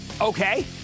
Okay